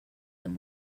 them